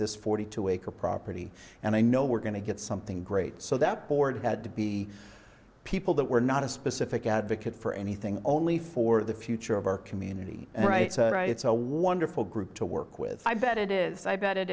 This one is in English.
this forty two acre property and i know we're going to get something great so that board had to be people that were not a specific advocate for anything only for the future of our community and it's a wonderful group to work with i bet it is i bet it